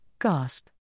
gasp